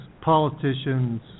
politicians